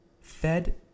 Fed